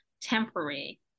temporary